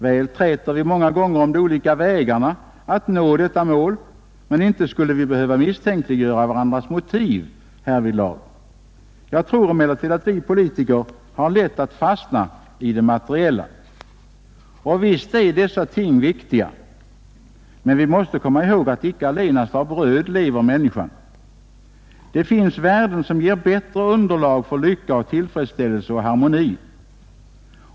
Väl träter vi många gånger om de olika vägarna att nå detta mål. Men inte skulle vi behöva misstänkliggöra varandras motiv härvidlag. Jag tror emellertid att vi politiker har lätt att fastna i det materiella. Och visst är dessa ting viktiga. Men vi måste komma ihåg, att ”icke allenast av bröd lever människan”. Det finns värden som ger bättre underlag för lycka, tillfredsställelse och harmoni.